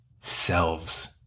selves